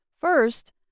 First